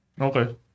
okay